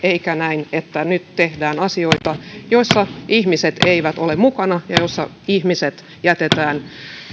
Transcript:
eikä näin että nyt tehdään asioita joissa ihmiset eivät ole mukana ja joissa ihmiset jätetään